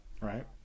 Right